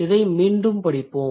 இதை மீண்டும் படிப்போம்